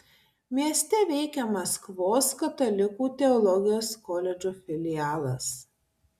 mieste veikia maskvos katalikų teologijos koledžo filialas